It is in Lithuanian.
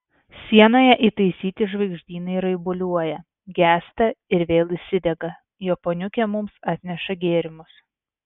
sienoje įtaisyti žvaigždynai raibuliuoja gęsta ir vėl įsidega japoniukė mums atneša gėrimus